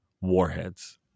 Warheads